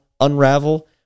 unravel